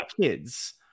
kids